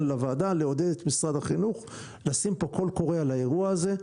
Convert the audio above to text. לוועדה לעודד את משרד החינוך לשים פה קול קורא על האירוע הזה,